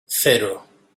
cero